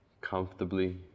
comfortably